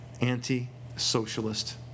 Anti-socialist